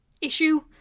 issue